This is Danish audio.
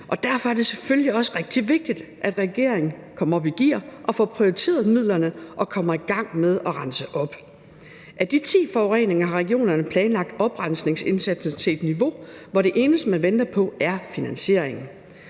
derfor er det selvfølgelig også rigtig vigtigt, at regeringen kommer op i gear og får prioriteret midlerne og kommer i gang med at rense op. Af de ti forureninger har regionerne planlagt oprensningsningsindsatsen til et niveau, hvor det eneste, man venter på, er finansieringen.